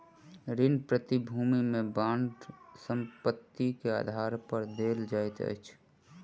ऋण प्रतिभूति में बांड संपत्ति के आधार पर देल जाइत अछि